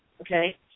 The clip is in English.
okay